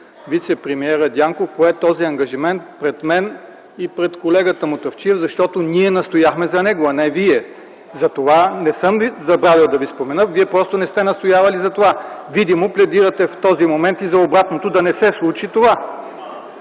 вицепремиерът Дянков пое този ангажимент пред мен и пред колегата Мутафчиев, защото ние настояхме за него, а не Вие. Не съм забравил да Ви спомена – Вие просто не сте настоявали за това. Видимо в този момент пледирате и за обратното – да не се случи това.